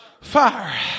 Fire